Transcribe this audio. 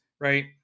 right